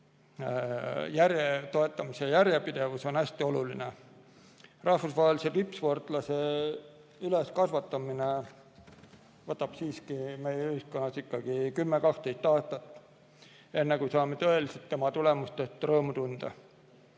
toetamise järjepidevus on hästi oluline. Rahvusvahelisel tasemel tippsportlase üleskasvatamine võtab meie ühiskonnas ikkagi 10–12 aastat, enne kui saame tõeliselt tema tulemustest rõõmu tunda.